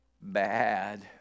bad